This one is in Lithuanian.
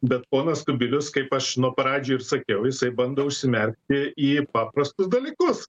bet ponas kubilius kaip aš nuo pradžių ir sakiau jisai bando užsimerkti į paprastus dalykus